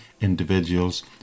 individuals